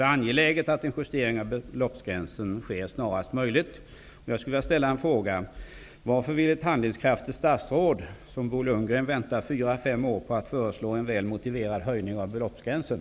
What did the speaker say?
Det är angeläget att en justering av beloppsgränsen sker snarast möjligt. Jag skulle vilja ställa en fråga: Varför vill ett handlingskraftigt statsråd som Bo Lundgren vänta fyra fem år på att föreslå en väl motiverad höjning av beloppsgränsen?